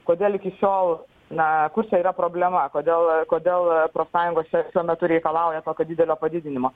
kodėl iki šiol na kur čia yra problema kodėl kodėl profsąjungos čia šiuo metu reikalauja tokio didelio padidinimo